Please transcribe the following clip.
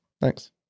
Thanks